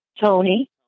Tony